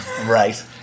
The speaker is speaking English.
Right